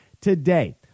Today